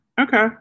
Okay